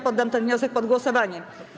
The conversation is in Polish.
Poddam ten wniosek pod głosowanie.